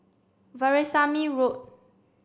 Veerasamy Road